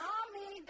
army